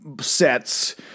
sets